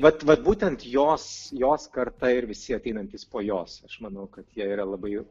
vat vat būtent jos jos karta ir visi ateinantys po jos aš manau kad jie yra labai